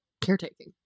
caretaking